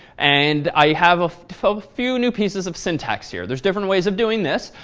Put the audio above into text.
and i have a few new pieces of syntax here. there's different ways of doing this,